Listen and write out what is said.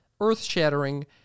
earth-shattering